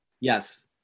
Yes